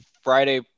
friday